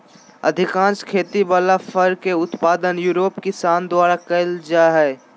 अधिकांश खेती वला फर के उत्पादन यूरोप किसान द्वारा कइल जा हइ